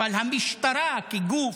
אבל המשטרה כגוף,